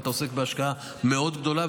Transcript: אבל אתה עוסק בהשקעה מאוד גדולה,